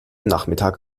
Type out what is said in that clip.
nachmittag